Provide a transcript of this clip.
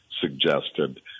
suggested